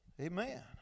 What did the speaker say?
Amen